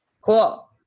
Cool